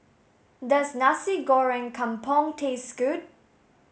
does Nasi Goreng Kampung taste good